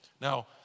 Now